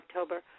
October